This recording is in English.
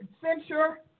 censure